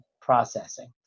processing